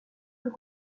plus